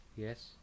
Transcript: Yes